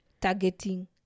Targeting